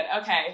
okay